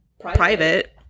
private